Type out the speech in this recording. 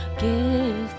give